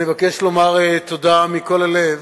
אני מבקש לומר תודה מכל הלב